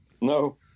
No